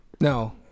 No